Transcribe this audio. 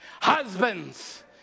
husbands